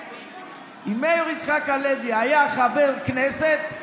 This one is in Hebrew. אם מאיר יצחק הלוי היה חבר כנסת,